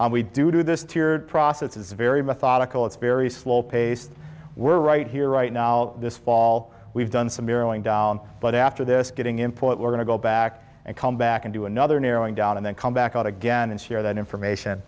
this we do this process is very methodical it's very slow paced we're right here right now this fall we've done some barreling down but after this getting input we're going to go back and come back and do another narrowing down and then come back out again and share that information